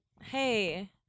Hey